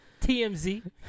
TMZ